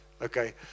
Okay